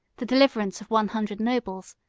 the deliverance of one hundred nobles,